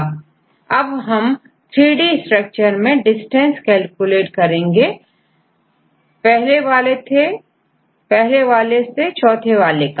अब हम 3D structure में डिस्टेंस कैलकुलेट करेंगे पहले वाले थे चौथे वाले का